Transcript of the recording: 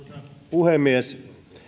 puhemies